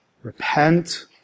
repent